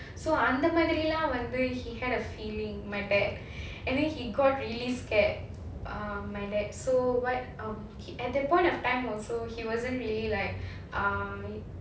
so அந்த மாதிரிலாம் வந்து:andha maadhirilaam vandhu he had a feeling my dad and then he got really scared uh my dad so what um at that point of time also he wasn't really like um